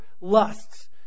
lusts